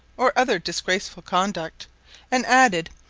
or other disgraceful conduct and added,